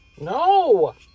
no